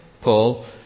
Paul